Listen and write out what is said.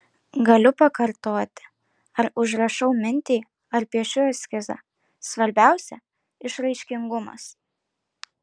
galiu pakartoti ar užrašau mintį ar piešiu eskizą svarbiausia išraiškingumas